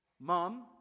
Mom